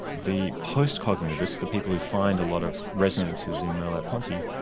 the post-cognitivists, the people who find a lot of resonances in merleau-ponty,